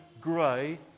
grey